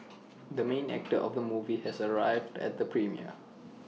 the main actor of the movie has arrived at the premiere